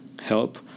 help